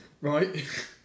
right